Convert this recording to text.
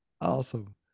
Awesome